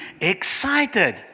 excited